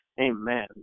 Amen